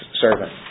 servant